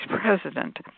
president